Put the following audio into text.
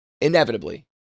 inevitably